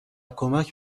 کمک